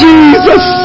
Jesus